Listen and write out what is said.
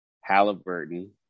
Halliburton